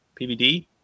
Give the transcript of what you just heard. PVD